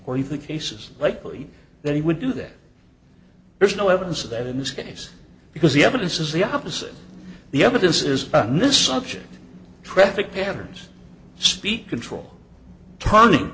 or even cases likely that he would do that there's no evidence of that in this case because the evidence is the opposite the evidence is on this subject traffic patterns speak control turning